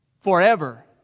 forever